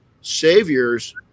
saviors